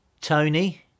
Tony